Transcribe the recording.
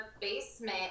basement